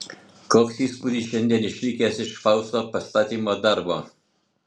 koks įspūdis šiandien išlikęs iš fausto pastatymo darbo